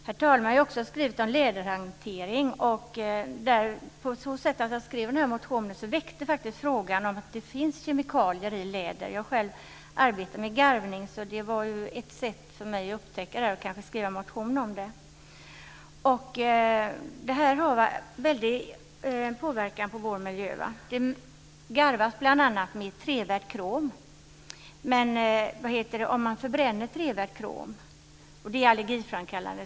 Herr talman! Jag har också skrivit om läderhantering. Genom att jag skrev den här motionen väcktes faktiskt frågan de kemikalier som finns i läder. Jag har själv arbetat med garvning, så det var ett sätt för mig att upptäcka detta och anledning till att skriva en motion om det. Det här har stor påverkan på vår miljö. Det garvas bl.a. med trevärd krom och det är allergiframkallande.